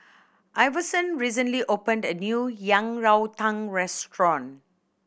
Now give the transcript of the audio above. Iverson recently opened a new Yang Rou Tang restaurant